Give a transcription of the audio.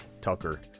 Tucker